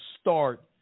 start